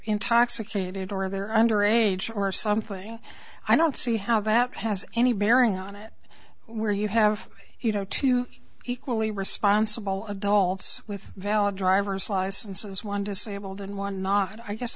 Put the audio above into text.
intoxicated or they're under age or something i don't see how that has any bearing on it where you have you know two equally responsible adults with valid driver's licenses one disabled and one not i guess